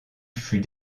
fut